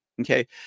Okay